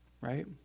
Right